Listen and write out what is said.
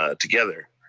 ah together.